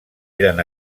eren